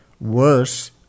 worse